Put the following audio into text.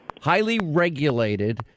highly-regulated